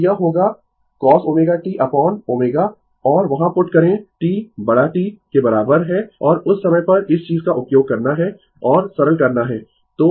तो यह होगा cos ω t अपोन ω और वहाँ पुट करें T बड़ा T के बराबर है और उस समय पर इस चीज का उपयोग करना है और सरल करना है